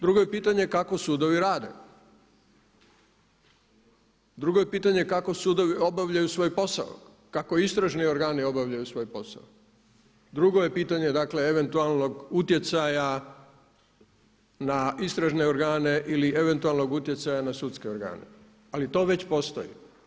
Drugo je pitanje kako sudovi rade, drugo je pitanje kako sudovi obavljaju svoj posao, kako istražni organi obavljaju svoj posao, drugo je pitanje, dakle eventualnog utjecaja na istražne organe ili eventualnog utjecaja na sudske organe, ali to već postoji.